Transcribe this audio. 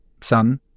Son